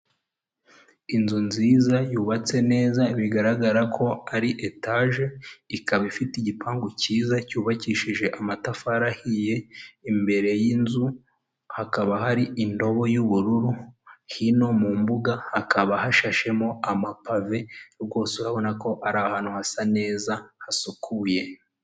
Inzu nziza yubatse neza bigaragara ko ari etage ikaba ifite igipangu cyiza cyubakishije amatafari ahiye, imbere yinzu hakaba hari indobo y'ubururu, hino mu mbuga hakaba hashashemo amapave rwose abona ko ari ahantu hasa neza hasukuye.